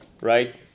right